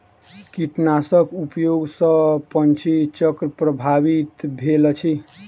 कीटनाशक उपयोग सॅ पंछी चक्र प्रभावित भेल अछि